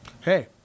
Hey